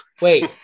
Wait